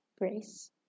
grace